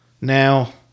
Now